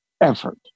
effort